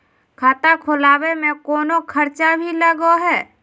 खाता खोलावे में कौनो खर्चा भी लगो है?